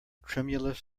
tremulous